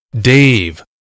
Dave